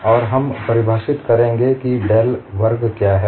और हम परिभाषित करेंगे कि डेल वर्ग क्या है